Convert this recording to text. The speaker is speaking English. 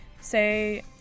say